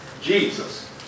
Jesus